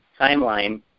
timeline